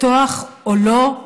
או לו,